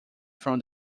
from